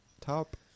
top